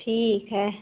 ठीक है